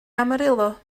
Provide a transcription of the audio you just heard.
amarillo